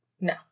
No